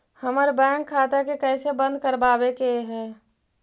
हमर बैंक खाता के कैसे बंद करबाबे के है?